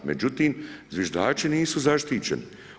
Međutim, zviždači nisu zaštićeni.